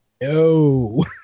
No